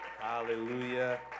hallelujah